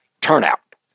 turnout